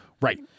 Right